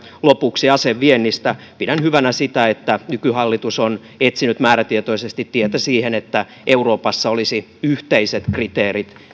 lopuksi aseviennistä pidän hyvänä sitä että nykyhallitus on etsinyt määrätietoisesti tietä siihen että euroopassa olisi yhteiset kriteerit